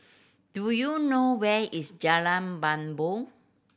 do you know where is Jalan Bumbong